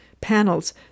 panels